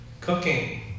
cooking